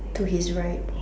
to his right